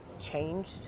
changed